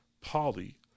Polly